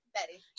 Betty